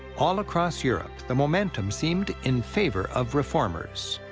all across europe, the momentum seemed in favor of reformers.